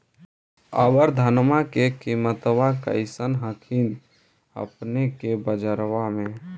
अबर धानमा के किमत्बा कैसन हखिन अपने के बजरबा में?